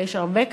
ויש הרבה כאלה,